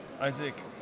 Isaac